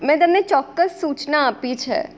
મેં તમને ચોક્કસ સૂચના આપી છે